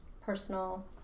personal